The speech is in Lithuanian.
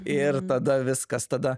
ir tada viskas tada